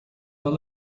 are